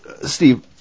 Steve